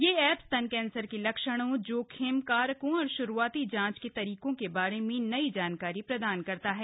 यह एप स्तन कैंसर के लक्षणों जोखिम कारकों और शुरूआती जांच के तरीकों के बारे में नई जानकारी प्रदान करता है